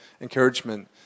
encouragement